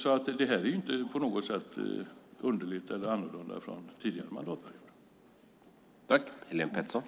Detta är inte på något sätt underligt eller annorlunda från tidigare mandatperiod.